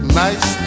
nice